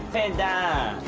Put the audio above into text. and